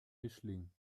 mischling